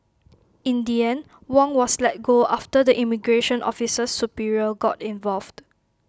in the end Wong was let go after the immigration officer's superior got involved